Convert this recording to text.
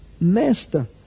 master